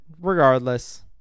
regardless